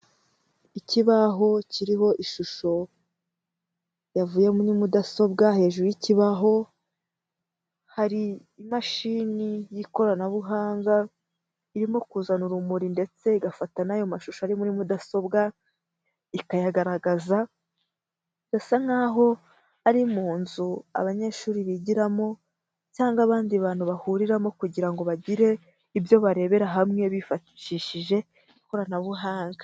Ikibaho kiriho ishusho, yavuye muri mudasobwa hejuru y'ikibaho, hari imashini y'ikoranabuhanga, irimo kuzana urumuri ndetse igafata n'ayo mashusho ari muri mudasobwa, ikayagaragaza. Bisa nk'aho ari mu nzu abanyeshuri bigiramo, cyangwa abandi bantu bahuriramo kugira ngo bagire ibyo barebera hamwe, bifashishije ikoranabuhanga.